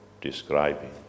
describing